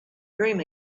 dream